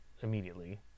immediately